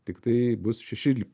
tik tai bus šeši